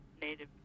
native